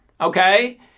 okay